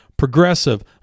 Progressive